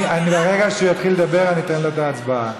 ברגע שהוא יתחיל לדבר, אני אתן לו את ההצבעה.